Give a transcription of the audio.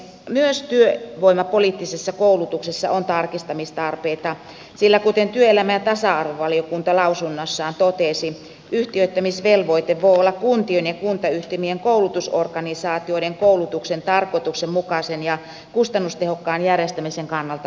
myös työvoimapoliittisessa koulutuksessa on tarkistamistarpeita sillä kuten työelämä ja tasa arvovaliokunta lausunnossaan totesi yhtiöittämisvelvoite voi olla kuntien ja kuntayhtymien koulutusorganisaatioiden koulutuksen tarkoituksenmukaisen ja kustannustehokkaan järjestämisen kannalta ongelmallinen